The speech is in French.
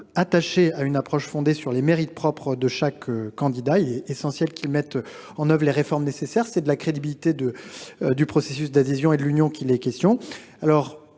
attachés à une approche fondée sur les mérites propres de chaque candidat. Il est essentiel que le pays mette en œuvre les réformes nécessaires. La crédibilité du processus d’adhésion en dépend. Certes, c’est un